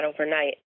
overnight